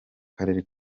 karere